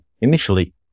initially